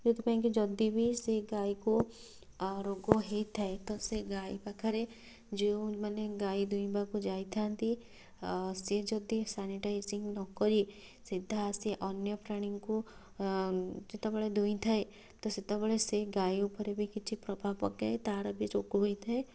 ଯେଉଁଥିପାଇଁକି ଯଦି ବି ସେ ଗାଈକୁ ରୋଗ ହୋଇଥାଏ ତ ସେ ଗାଈ ପାଖରେ ଯେଉଁମାନେ ଗାଈ ଦୁହିଁବାକୁ ଯାଇଥାନ୍ତି ସେ ଯଦି ସାନିଟାଇଜିଙ୍ଗ ନକରି ସିଧା ଆସି ଅନ୍ୟ ପ୍ରାଣୀଙ୍କୁ ଯେତେବେଳେ ଦୁହିଁଥାଏ ତ ସେତେବେଳେ ସେ ଗାଈ ଉପରେ ବି କିଛି ପ୍ରଭାବ ପକାଏ ତାର ବି ରୋଗ ହୋଇଥାଏ